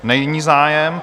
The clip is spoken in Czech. Není zájem.